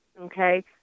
okay